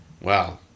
Wow